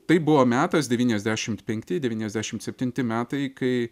tai buvo metas devyniasdešimt penkti devyniasdešimt septinti metai kai